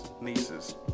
nieces